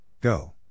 Go